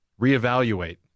Reevaluate